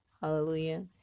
hallelujah